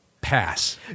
pass